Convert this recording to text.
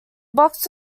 box